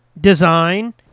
design